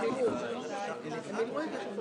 נפלה.